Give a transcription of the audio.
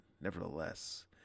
nevertheless